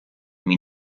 mean